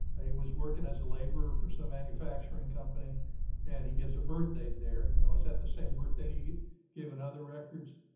was working as a labor for some manufacturing company and he gets a birth date there and it was at the same birth date. he gave another records.